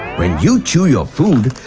when you chew your food,